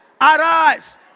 arise